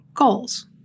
goals